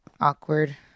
Awkward